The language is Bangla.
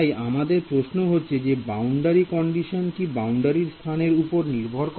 তাই আমাদের প্রশ্ন হচ্ছে যে বাউন্ডারি কন্ডিশন কি বাউন্ডারির স্থানের উপর নির্ভর করে